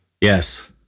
Yes